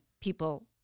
people